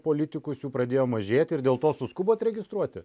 politikus jų pradėjo mažėti ir dėl to suskubot registruoti